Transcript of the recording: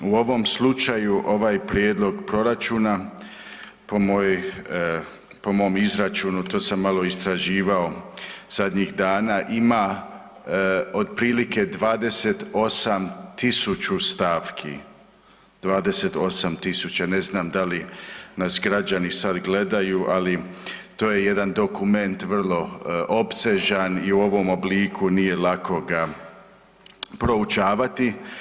U ovom slučaju ovaj prijedlog proračuna po mom izračunu, to sam malo istraživao zadnjih dana, ima otprilike 28.000 stavki, ne znam da li nas građani sada gledaju, ali to je jedan dokument vrlo opsežan i u ovom obliku nije lako ga proučavati.